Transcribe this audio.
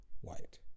white